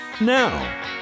now